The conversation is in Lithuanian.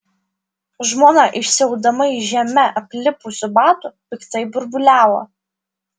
žmona išsiaudama iš žeme aplipusių batų piktai burbuliavo